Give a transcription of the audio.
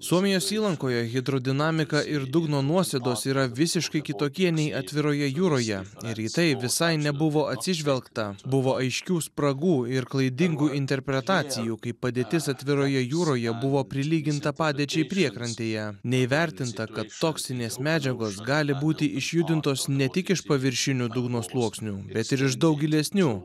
suomijos įlankoje hidrodinamika ir dugno nuosėdos yra visiškai kitokie nei atviroje jūroje ar jisai visai nebuvo atsižvelgta buvo aiškių spragų ir klaidingų interpretacijų kaip padėtis atviroje jūroje buvo prilyginta padėčiai priekrantėje neįvertinta kad toksinės medžiagos gali būti išjudintos ne tik iš paviršinių dugno sluoksnių bet ir iš daug gilesnių